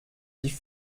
die